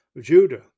Judah